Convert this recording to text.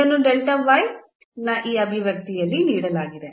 ಇದನ್ನು ನ ಈ ಅಭಿವ್ಯಕ್ತಿಯಲ್ಲಿ ನೀಡಲಾಗಿದೆ